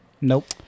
Nope